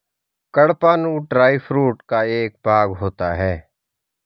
कड़पहनुत dry food का एक भाग होता है